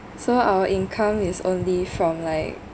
so our income is only from like